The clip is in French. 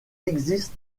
existe